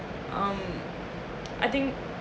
um I think